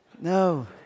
no